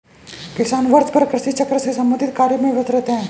किसान वर्षभर कृषि चक्र से संबंधित कार्यों में व्यस्त रहते हैं